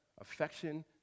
affection